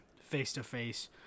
face-to-face